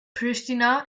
pristina